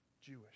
Jewish